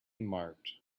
marked